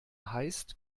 heißt